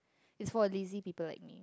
it's for lazy people like me